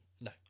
No